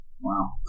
wow